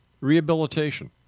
Rehabilitation